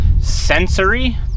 Sensory